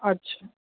अच्छा